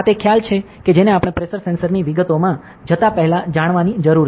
આ તે ખ્યાલ છે કે જેને આપણે પ્રેશર સેન્સરની વિગતોમાં જતા પહેલા જાણવાની જરૂર છે